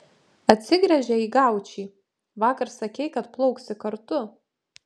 atsigręžė į gaučį vakar sakei kad plauksi kartu